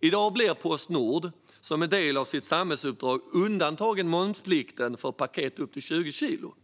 I dag är Postnord, som en del av sitt samhällsuppdrag, undantaget momsplikten för paket upp till 20 kilo.